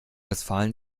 westfalen